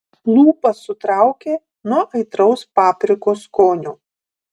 lūpas sutraukė nuo aitraus paprikos skonio